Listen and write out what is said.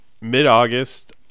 mid-August